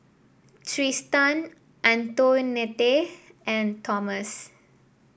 Tristan Antoinette and Thomas